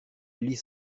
lys